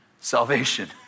salvation